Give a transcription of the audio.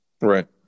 Right